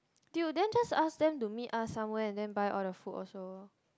dude then just ask them to meet us somewhere and then buy all the food also